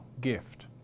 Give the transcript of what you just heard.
gift